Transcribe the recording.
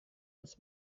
dass